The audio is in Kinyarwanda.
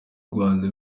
rwanda